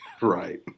right